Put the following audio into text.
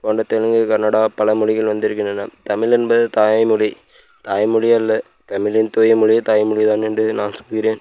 போன்ற தெலுங்கு கன்னடா பல மொழிகள் வந்திருக்கின்றன தமிழ் என்பது தாய்மொழி தாய்மொழி அல்ல தமிழின் தூயமொழியே தாய்மொழிதான் என்று நான் சொல்கிறேன்